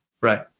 Right